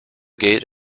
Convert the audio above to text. gate